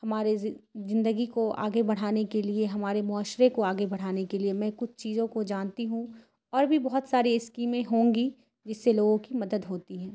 ہمارے زندگی کو آگے بڑھانے کے لیے ہمارے معاشرے کو آگے بڑھانے کے لیے میں کچھ چیزوں کو جانتی ہوں اور بھی بہت ساری اسکیمیں ہوں گی جس سے لوگوں کی مدد ہوتی ہیں